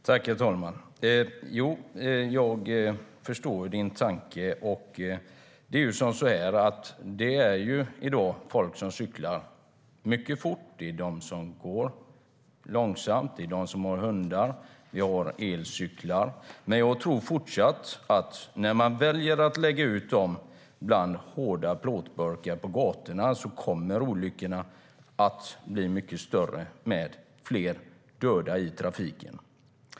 Herr talman! Jag förstår din tanke, Karin Svensson Smith. Det finns de som cyklar mycket fort, de som går långsamt, de som har hundar och de som kör elcykel. Men väljer man att placera dem bland hårda plåtburkar på gatorna kommer olyckorna att bli större och fler dö i trafiken.